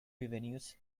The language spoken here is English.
revenues